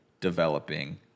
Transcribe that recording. developing